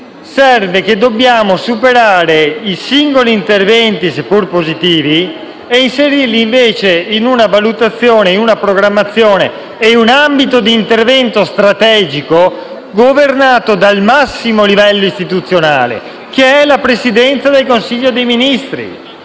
Serve che si superino i singoli interventi, pur positivi, inserendoli invece in una valutazione, in una programmazione e in un ambito di intervento strategico governato dal massimo livello istituzionale, che è la Presidenza del Consiglio dei ministri.